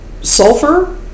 sulfur